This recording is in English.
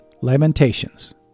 Lamentations